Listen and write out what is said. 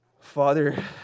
Father